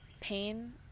pain